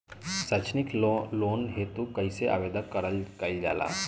सैक्षणिक लोन हेतु कइसे आवेदन कइल जाला?